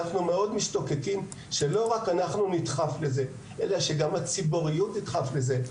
אנחנו משתוקקים שלא רק אנחנו נדחף לזה אלא שגם הציבור ידחוף לזה,